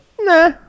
nah